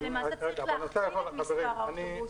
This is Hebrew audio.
אתה למעשה צריך להכפיל את מספר האוטובוסים.